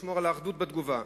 לשמור על אחדות בתגובה.